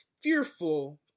fearful